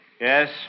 Yes